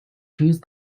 choose